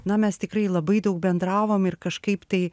na mes tikrai labai daug bendravom ir kažkaip tai